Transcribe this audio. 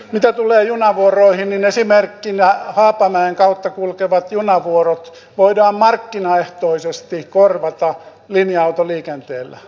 mitä tulee junavuoroihin niin esimerkkinä haapamäen kautta kulkevat junavuorot voidaan markkinaehtoisesti korvata linja autoliikenteellä